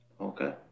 Okay